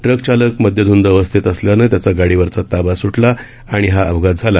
ट्रकचालक मद्यधूंद अवस्थेत असल्यानं त्याचा गाडीवरचा ताबा स्टला आणि हा अपघात झाला